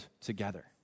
together